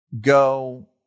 go